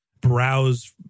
browse